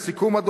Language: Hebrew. לסיכום,